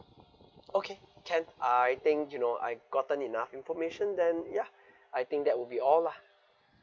okay can I think you know I'd gotten enough information then ya I think that would be all lah